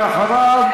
ואחריו,